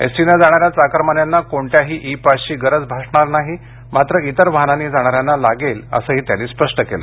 एसटीने जाणाऱ्या चाकरमान्यांना कोणत्याही इ पासची गरज भासणार नाही मात्र इतर वाहनांनी जाणार्यां ना लागेल असंही त्यांनी स्पष्ट केलं